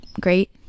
great